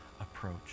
approach